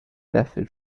method